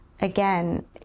again